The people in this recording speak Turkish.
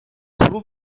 kurul